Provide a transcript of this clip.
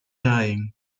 dying